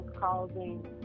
causing